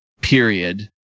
period